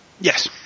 Yes